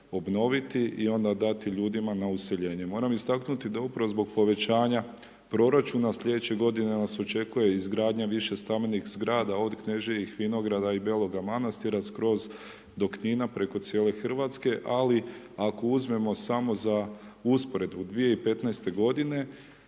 obnoviti i onda dati ljudima na useljenje. Moram istaknuti da upravo zbog povećanja proračuna slijedeće godine nas očekuje izgradnja više stambenih zgrada od Kneževih vinograda i Beloga Manastira, skroz do Knina, preko cijele RH. Ali ako uzmemo samo za usporedbu 2015.-te godine